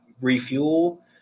refuel